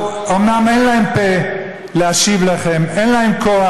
אומנם אין להם פה להשיב לכם, אין להם כוח.